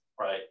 right